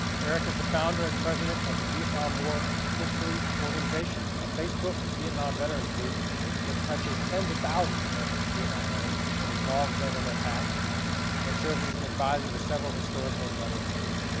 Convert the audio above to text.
erik is the founder and president of the vietnam war history organization a facebook vietnam veterans group that touches tens of thousands of vietnam veterans and involves them in their past and serves as an advisor to several historical and veterans groups.